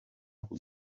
ako